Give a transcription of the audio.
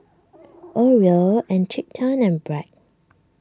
Oreo Encik Tan and Bragg